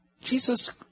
Jesus